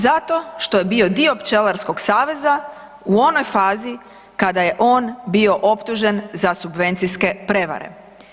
Zato što je bio pčelarskog saveza u onoj fazi kada je on bio optužen za subvencijske prevare.